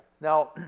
now